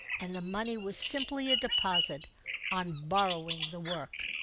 and the money was simply a deposit on borrowing the work.